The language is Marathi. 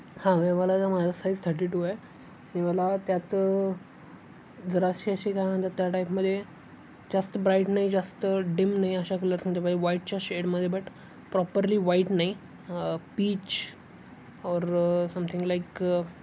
हां विवालाचा माझा साईज थर्टी टू आहे विवाला त्यात जराशी अशी काय म्हणतात त्या टाईपमध्ये जास्त ब्राईट नाही जास्त डिम नाही अशा कलर्समध्ये पाहिजे वाईटच्या शेडमध्ये बट प्रॉपरली वाईट नाही पीच ऑर समथिंग लाईक